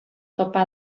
topa